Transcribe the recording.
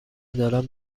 دارم